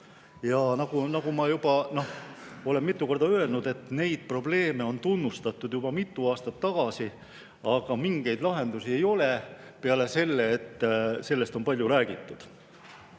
Nagu ma juba olen mitu korda öelnud, neid probleeme on tunnistatud juba mitu aastat tagasi, aga mingeid lahendusi ei ole peale selle, et sellest on palju räägitud.